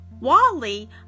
Wally